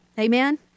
Amen